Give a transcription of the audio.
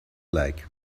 like